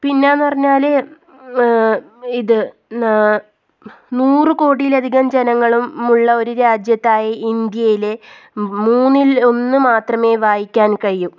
പിന്നെയെന്ന് പറഞ്ഞാൽ ഇത് നൂറു കോടിയിലധികം ജനങ്ങളുമുള്ള രാജ്യത്തായി ഇന്ത്യയിലെ മൂന്നിൽ ഒന്ന് മാത്രമേ വായിക്കാൻ കഴിയു